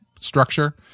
structure